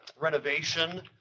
renovation